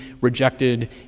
rejected